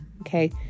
okay